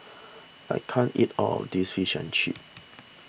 I can't eat all of this Fish and Chips